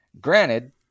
Granted